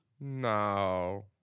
No